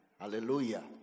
Hallelujah